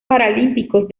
paralímpicos